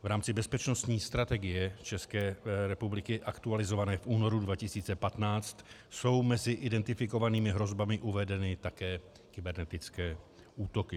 V rámci bezpečnostní strategie České republiky aktualizované v únoru 2015 jsou mezi identifikovanými hrozbami uvedeny také kybernetické útoky.